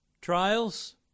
Trials